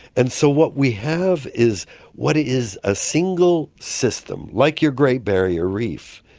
and so what we have is what is a single system, like your great barrier reef,